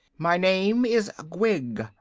my name is gwig,